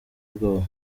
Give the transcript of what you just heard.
ubwoba